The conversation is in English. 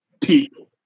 people